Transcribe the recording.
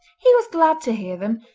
he was glad to hear them,